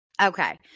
Okay